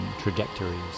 trajectories